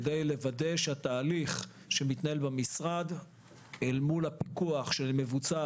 כדי לוודא שהתהליך שמתנהל במשרד אל מול הפיקוח שמבוצע